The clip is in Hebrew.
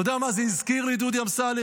אתה יודע מה זה הזכיר לי, דודי אמסלם?